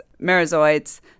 merozoites